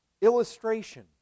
illustration